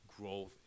growth